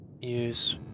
use